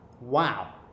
Wow